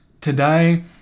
today